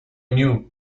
knew